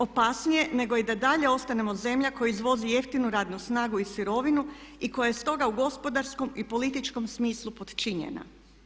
Opasnije je nego i da dalje ostanemo zemlja koja izvozi jeftinu radnu snagu i sirovinu i koja je stoga u gospodarskom i političkom smislu potčinjena.